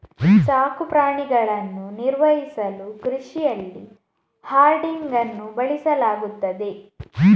ಸಾಕು ಪ್ರಾಣಿಗಳನ್ನು ನಿರ್ವಹಿಸಲು ಕೃಷಿಯಲ್ಲಿ ಹರ್ಡಿಂಗ್ ಅನ್ನು ಬಳಸಲಾಗುತ್ತದೆ